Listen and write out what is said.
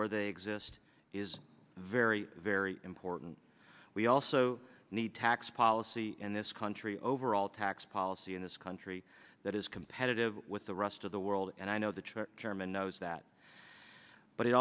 where they exist is very very important we also need tax policy in this country overall tax policy in this country that is competitive with the rest of the world and i know the german knows that but it